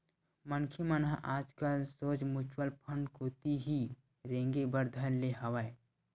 मनखे मन ह आजकल सोझ म्युचुअल फंड कोती ही रेंगे बर धर ले हवय